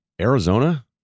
Arizona